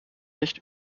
nicht